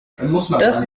wäre